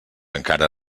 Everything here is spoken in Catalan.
encara